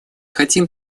хотим